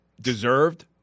Deserved